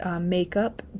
makeup